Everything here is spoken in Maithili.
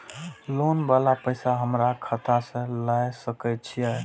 लोन वाला पैसा हमरा खाता से लाय सके छीये?